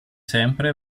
sempre